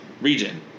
region